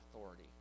authority